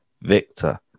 Victor